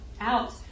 out